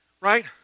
right